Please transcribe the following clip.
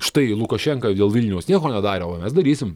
štai lukašenka dėl vilniaus nieko nedarė o mes darysim